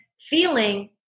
feeling